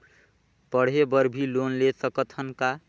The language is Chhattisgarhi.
पढ़े बर भी लोन ले सकत हन का?